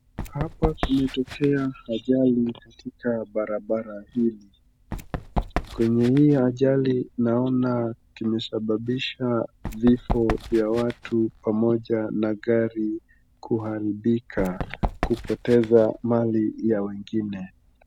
Hapa kumetokea ajali katika barabara hili, kwenye hii ajali naona kumesababisha vifo vya watu pamoja na gari kuharibika, kupoteza mali ya wengine.